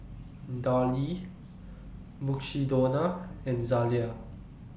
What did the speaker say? Darlie Mukshidonna and Zalia